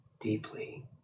deeply